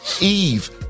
Eve